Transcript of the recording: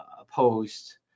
opposed